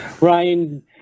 Ryan